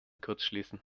kurzschließen